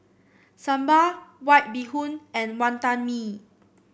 sambal White Bee Hoon and Wonton Mee